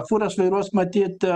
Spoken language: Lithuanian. fūras vairuos matyt